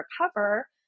recover